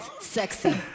Sexy